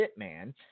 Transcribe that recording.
Hitman